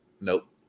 nope